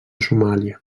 somàlia